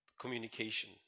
communication